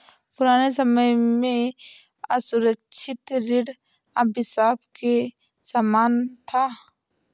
पुराने समय में असुरक्षित ऋण अभिशाप के समान था